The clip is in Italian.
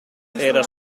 era